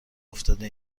افتاده